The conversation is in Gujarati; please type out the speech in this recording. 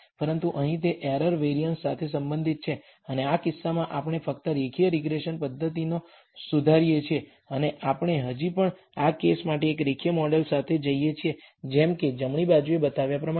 પરંતુ અહીં તે એરર વેરિઅન્સ સાથે સંબંધિત છે અને આ કિસ્સામાં આપણે ફક્ત રેખીય રીગ્રેસન પદ્ધતિને સુધારીએ છીએ અને આપણે હજી પણ આ કેસ માટે એક રેખીય મોડેલ સાથે જઈએ છીએ જેમ કે જમણી બાજુએ બતાવ્યા પ્રમાણે